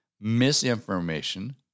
misinformation